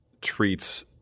treats